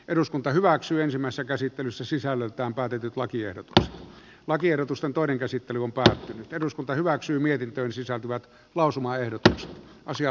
eduskunta päätettiin ensimmäisessä käsittelyssä sisällöltään päätetyt lakiehdotus lakiehdotus on pari käsittely on päättynyt eduskunta hyväksyi mietintöön sisältyvät lausumaehdotus asia